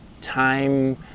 time